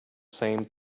same